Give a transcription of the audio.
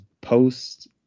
post